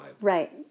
Right